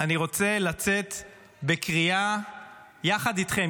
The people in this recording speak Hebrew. אני רוצה לצאת בקריאה יחד איתכם,